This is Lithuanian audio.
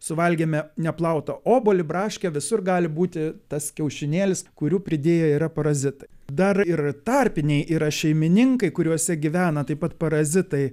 suvalgėme neplautą obuolį braškę visur gali būti tas kiaušinėlis kurių pridėję yra parazitai dar ir tarpiniai yra šeimininkai kuriuose gyvena taip pat parazitai